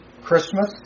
Christmas